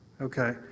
okay